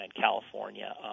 California